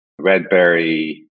Redberry